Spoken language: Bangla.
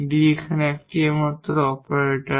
D এখানে একটি অপারেটর